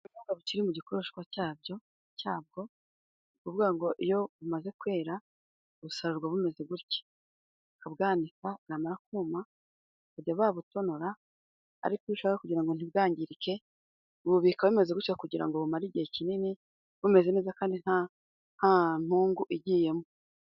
Ubunyobwa bukiri mu gikonoshwa cyabwo, ni ukuvuga ngo iyo bumaze kwera busarurwa bumeze gutya, ukabwanika bwamara kuma bakajya babutonora, ariko iyo ushaka kugira ngo ntibwangirike ububika bumeze gutya, kugira ngo bumare igihe kinini bumeze neza Kandi nta mungu igiyemo.